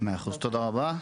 מאה אחוז תודה רבה,